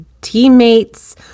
teammates